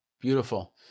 Beautiful